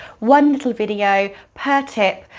one little video per tip,